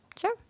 Sure